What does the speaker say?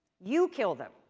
you kill them.